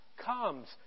Comes